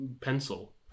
pencil